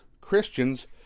Christians